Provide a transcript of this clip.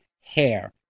hair